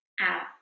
out